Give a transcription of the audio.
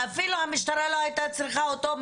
שאפילו המשטרה לא היתה צריכה אותו,